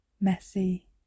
messy